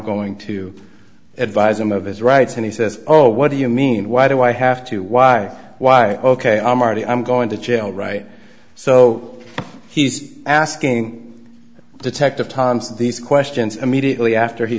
going to advise him of his rights and he says oh what do you mean why do i have to why why ok i'm already i'm going to jail right so he's asking detective thompson these questions immediately after he